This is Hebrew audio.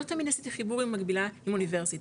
לא תמיד עשיתי חיבורים עם מקבילה עם אוניברסיטה,